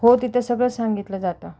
हो तिथं सगळं सांगितलं जातं